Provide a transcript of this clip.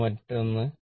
ഇത് മറ്റൊന്നാണ്